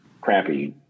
crappy